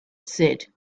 said